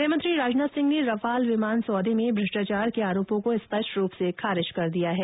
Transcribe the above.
गृहमंत्री राजनाथ सिंह ने रफाल विमान सौदे में भ्रष्टाचार के आरोपों को स्पष्ट रूप से खारिज कर दिया है